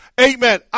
amen